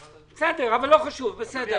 אגיד בפתיחה,